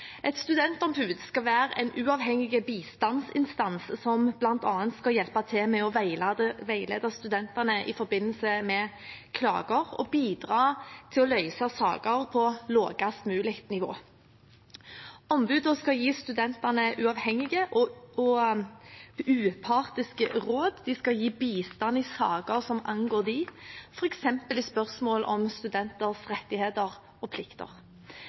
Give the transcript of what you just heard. Et studentombud skal være en uavhengig bistandsinstans som bl.a. skal hjelpe til med å veilede studentene i forbindelse med klager og bidra til å løse saker på lavest mulig nivå. Ombudene skal gi studentene uavhengige og upartiske råd, og de skal gi bistand i saker som angår dem, f.eks. i spørsmål om studenters rettigheter og plikter.